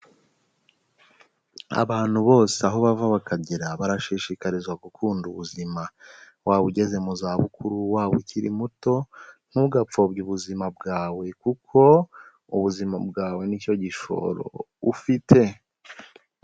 Abantu bose aho bava bakagera barashishikarizwa gukunda ubuzima, waba ugeze mu za bukuru, wawe ukiri muto, ntugapfobye ubuzima bwawe kuko ubuzima bwawe nicyo gishoro ufite.